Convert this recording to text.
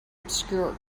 obscure